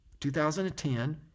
2010